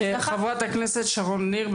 חברת הכנסת שרון ניר.